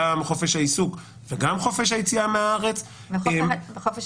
גם חופש העיסוק וגם חופש היציאה מהארץ וחופש